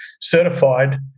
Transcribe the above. certified